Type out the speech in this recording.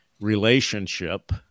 relationship